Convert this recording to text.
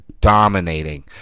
dominating